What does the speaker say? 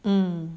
mm